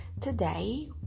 today